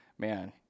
Man